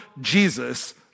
Jesus